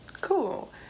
Cool